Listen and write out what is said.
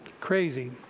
Crazy